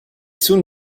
soon